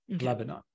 Lebanon